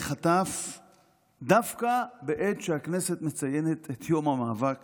בחטף דווקא בעת שהכנסת מציינת את יום המאבק